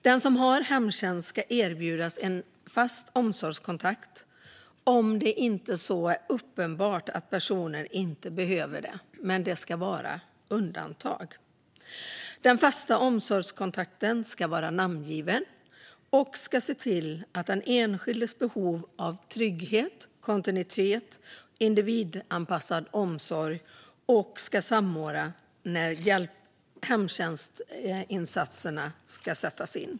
Den som har hemtjänst ska erbjudas en fast omsorgskontakt, om det inte är uppenbart att personen inte behöver den - men det ska vara undantag. Den fasta omsorgskontakten ska vara namngiven och ska se till den enskildes behov av trygghet, kontinuitet och individanpassad omsorg och ska samordna när hemtjänstinsatserna ska sättas in.